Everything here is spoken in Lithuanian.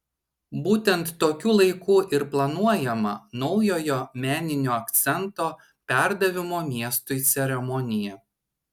būtent tokiu laiku ir planuojama naujojo meninio akcento perdavimo miestui ceremonija